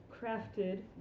crafted